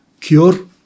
cure